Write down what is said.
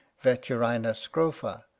veturina scrofa,